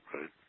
right